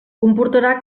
comportarà